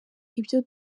ibyo